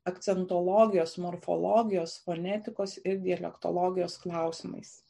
akcentologijos morfologijos fonetikos ir dialektologijos klausimais